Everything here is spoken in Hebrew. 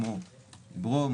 כמו ברום,